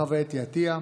חוה אתי עטייה,